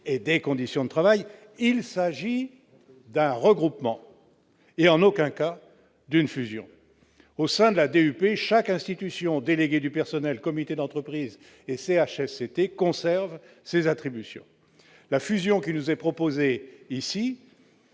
en y incluant le CHSCT. Mais il s'agit d'un regroupement et en aucun cas d'une fusion. Au sein de la DUP, chaque institution- délégués du personnel, comité d'entreprise et CHSCT -conserve ses attributions. Or la fusion ici proposée